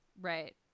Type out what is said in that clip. Right